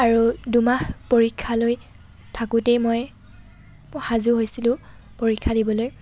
আৰু দুমাহ পৰীক্ষালৈ থাকোঁতেই মই সাজু হৈছিলোঁ পৰীক্ষা দিবলৈ